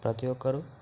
ప్రతి ఒక్కరూ